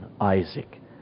Isaac